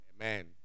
Amen